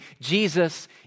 Jesus